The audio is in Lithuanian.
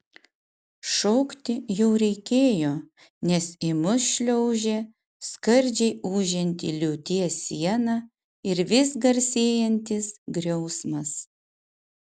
šaukti jau reikėjo nes į mus šliaužė skardžiai ūžianti liūties siena ir vis garsėjantis griausmas